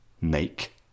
make